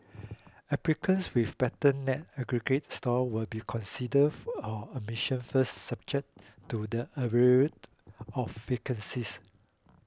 applicants with better net aggregate score will be considered for admission first subject to the of vacancies